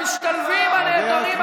המשתלבים הנהדרים,